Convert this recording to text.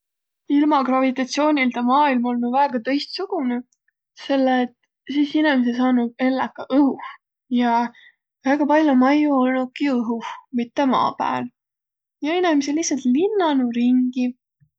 Ilma gravitatsioonildaq maailm olnuq väega tõistsugunõ. Selle et sis inemiseq saanuq elläq ka õhuh. Ja väega pall'o majju olnuki õhuh, mitte maa pääl. Ja inemiseq lihtsalt linnanuq ringi.